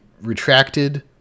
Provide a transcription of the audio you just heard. retracted